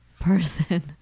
person